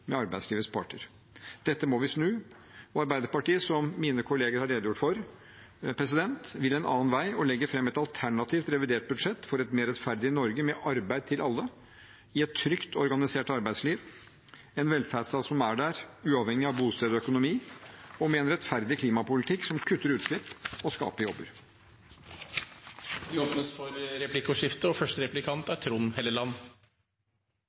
med arbeidslivets parter. Dette må vi snu, og Arbeiderpartiet – som mine kolleger har redegjort for – vil en annen vei og legger fram et alternativt revidert budsjett for et mer rettferdig Norge, med arbeid til alle i et trygt og organisert arbeidsliv, i en velferdsstat som er der uavhengig av bosted og økonomi, og med en rettferdig klimapolitikk som kutter utslipp og skaper jobber. Det blir replikkordskifte.